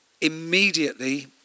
immediately